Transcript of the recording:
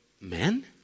men